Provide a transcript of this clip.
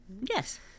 Yes